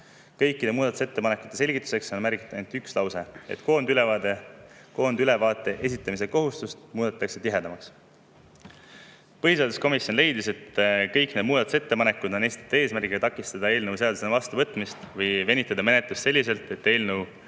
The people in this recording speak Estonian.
Kõikide muudatusettepanekute selgituseks on märgitud ainult üks lause: koondülevaate esitamise kohustus muudetakse tihedamaks. Põhiseaduskomisjon leidis, et kõigi nende muudatusettepanekute eesmärk on takistada eelnõu seadusena vastuvõtmist või venitada menetlust selliselt, et eelnõu